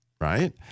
right